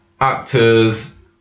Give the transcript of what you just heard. actors